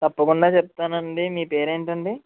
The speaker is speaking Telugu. తప్పకుండా చెప్తానండి మీ పేరు ఏంటండీ